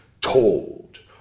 Told